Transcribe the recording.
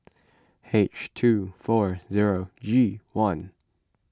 H two four zero G one